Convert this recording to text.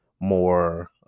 more